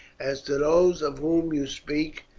as to those of whom you speak,